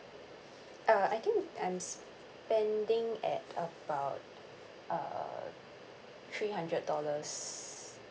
uh I think I'm s~ spending at about err three hundred dollars